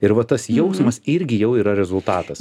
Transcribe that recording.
ir va tas jausmas irgi jau yra rezultatas